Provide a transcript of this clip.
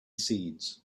seeds